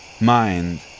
mind